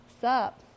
Sup